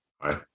Hi